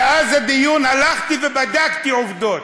מאז הדיון הלכתי ובדקתי עובדות.